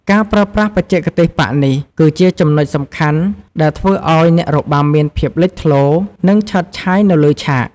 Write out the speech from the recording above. ការប្រើប្រាស់បច្ចេកទេសប៉ាក់នេះ គឺជាចំណុចសំខាន់ដែលធ្វើឱ្យអ្នករបាំមានភាពលេចធ្លោ និងឆើតឆាយនៅលើឆាក។